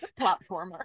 Platformer